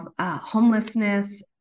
homelessness